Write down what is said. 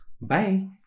bye